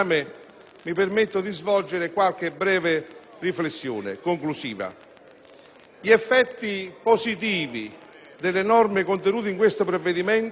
mi permetto di svolgere qualche breve riflessione conclusiva. Gli effetti positivi delle norme contenute in questo provvedimento